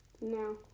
No